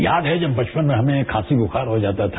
याद है जब बचपन में हमें खांसी बुखार हो जाता था